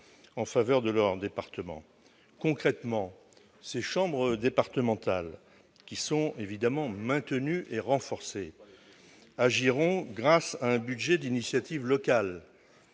en faveur de leur département. Concrètement, ces chambres départementales, qui doivent être maintenues et renforcées, agiront grâce à un budget d'initiative locale